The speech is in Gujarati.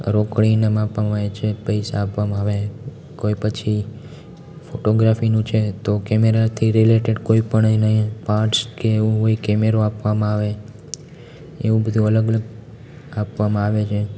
રોકડ ઈનામ આપવામાં આવે છે પૈસા આપવામાં આવે કોઈ પછી ફોટોગ્રાફીનું છે તો કેમેરાથી રિલેટેડ કોઈપણ એને પાર્ટ્સ કે એવું હોય કેમેરા આપવામાં આવે એવું બધું અલગ અલગ આપવામાં આવે છે